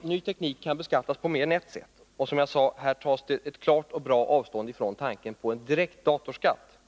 Ny teknik kan ju beskattas på mer än ett sätt. I svaret tar budgetministern, som sagt, ett klart avstånd från tanken på en direkt datorskatt,